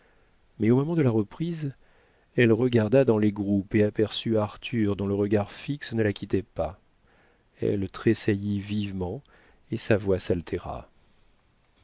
mais au moment de la reprise elle regarda dans les groupes et aperçut arthur dont le regard fixe ne la quittait pas elle tressaillit vivement et sa voix s'altéra